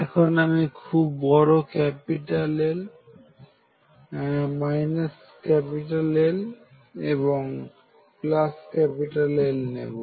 এখন আমি খুব বড় L এবং L নেবো